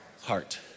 heart